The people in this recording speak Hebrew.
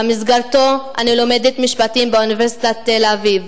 שבמסגרתו אני לומדת משפטים באוניברסיטת תל-אביב.